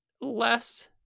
less